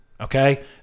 Okay